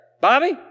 Bobby